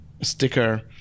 sticker